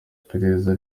iperereza